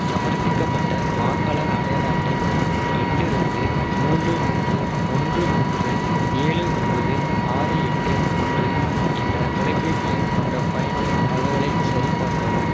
சமர்ப்பிக்கப்பட்ட வாக்காளர் அடையாள அட்டை மூலம் எட்டு ரெண்டு மூன்று மூன்று ஒன்று மூன்று ஏழு ஒன்பது ஆறு எட்டு ஒன்று என்ற தொலைபேசி எண் கொண்ட பயனரின் தகவலைச் சரிபார்க்கவும்